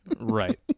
Right